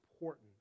important